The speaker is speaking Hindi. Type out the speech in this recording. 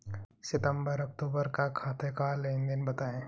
सितंबर अक्तूबर का खाते का लेनदेन बताएं